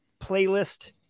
playlist